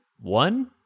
one